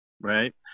right